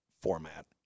format